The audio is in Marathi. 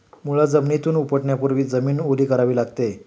मुळा जमिनीतून उपटण्यापूर्वी जमीन ओली करावी लागते